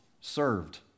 served